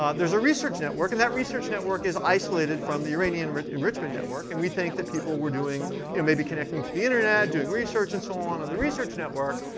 ah there's a research network, and that research network is isolated from the uranium enrichment network. and we think that people were yeah maybe connecting to the internet, doing research and so on, on the research network.